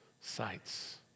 sights